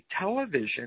television